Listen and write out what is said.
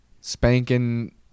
spanking